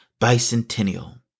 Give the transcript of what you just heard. Bicentennial